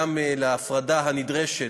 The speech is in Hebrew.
גם להפרדה הנדרשת,